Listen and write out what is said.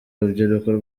rubyiruko